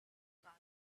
got